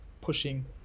pushing